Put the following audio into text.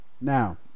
Now